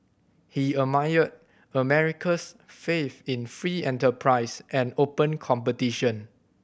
he admired America's faith in free enterprise and open competition